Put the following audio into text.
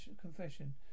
confession